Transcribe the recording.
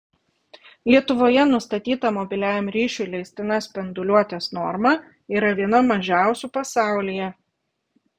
lietuvoje nustatyta mobiliajam ryšiui leistina spinduliuotės norma yra viena mažiausių pasaulyje